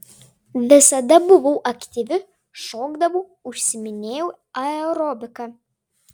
visada buvau aktyvi šokdavau užsiiminėjau aerobika